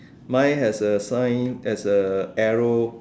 my has a sign there's a arrow